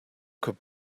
could